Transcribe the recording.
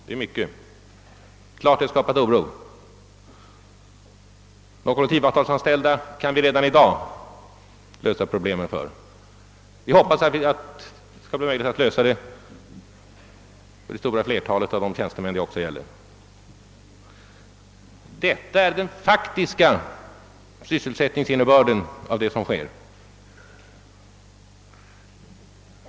Det är mycket och skapar naturligtvis oro. De kollektivavtalsanställda kan vi redan i dag lösa problemen för; vi hoppas att det skall bli möjligt att lösa dem även för det stora flertalet av tjänstemännen. Detta är den faktiska — sysselsättningsinnebörden i det som sker.